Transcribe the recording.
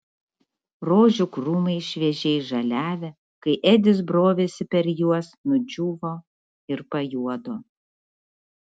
rožių krūmai šviežiai žaliavę kai edis brovėsi per juos nudžiūvo ir pajuodo